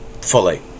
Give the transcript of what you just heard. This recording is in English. fully